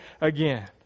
again